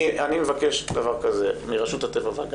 אני מבקש דבר כזה מרשות הטבע והגנים: